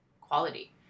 quality